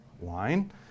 wine